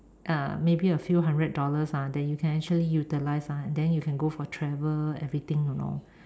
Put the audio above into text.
uh maybe a few hundred dollars ah then you can actually utilise ah then you can go for travel everything you know